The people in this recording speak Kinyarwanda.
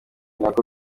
nako